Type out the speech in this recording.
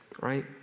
right